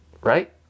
right